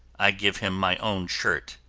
i give him my own shirt.